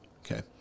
Okay